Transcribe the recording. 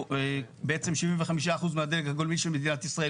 בעצם 75% מהדלק הגולמי של מדינת ישראל,